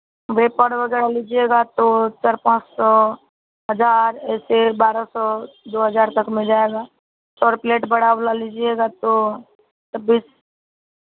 भेपर वगैरह लीजियेगा तो चार पाँच सौ हजार ऐसे बारह सौ दो हज़ार तक में जाएगा सौर प्लेट बड़ा वाला लीजियेगा तो